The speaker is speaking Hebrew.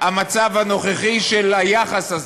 המצב הנוכחי של היחס הזה.